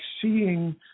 seeing